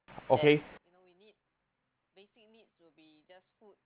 okay